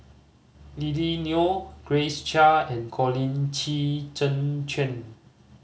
Lily Neo Grace Chia and Colin Qi Zhe Quan